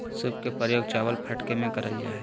सूप के प्रयोग चावल फटके में करल जा हइ